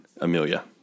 Amelia